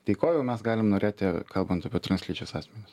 tai ko jau mes galim norėti kalbant apie translyčius asmenis